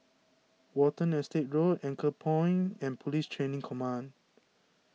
Watten Estate Road Anchorpoint and Police Training Command